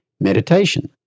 meditation